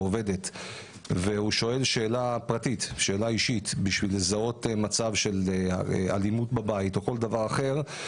עובדת ושואל שאלה פרטית כדי לזהות מצב של אלימות בבית או כל דבר אחר,